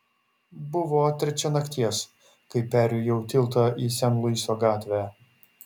buvo trečia nakties kai perjojau tiltą į sen luiso gatvę